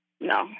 No